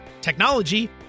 technology